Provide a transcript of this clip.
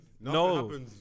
no